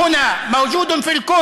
להלן תרגומם: העם הדגול הזה נמצא פה,